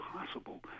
impossible